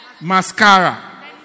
Mascara